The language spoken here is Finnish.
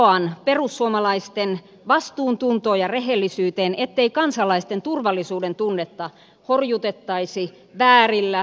vetoan perussuomalaisten vastuuntuntoon ja rehellisyyteen ettei kansalaisten turvallisuudentunnetta horjutettaisi väärillä totuudenvastaisilla väittämillä